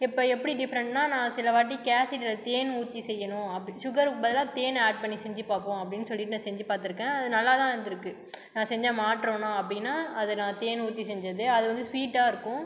இப்போ எப்படி டிஃப்ரெண்ட்னா நான் சில வாட்டி கேசரியில் தேன் ஊற்றி செய்யணும் அப்படி ஷுகருக்கு பதிலாக தேன் ஆட் பண்ணி செஞ்சு பார்ப்போம் அப்படினு சொல்லிட்டு நான் செஞ்சசு பார்த்துருக்கேன் அது நல்லா தான் இருந்துருக்குது நான் செய்த மாற்றோன்னா அப்படினா அதை நான் தேன் ஊற்றி செஞ்சது அது வந்து ஸ்வீட்டாக இருக்கும்